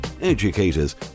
educators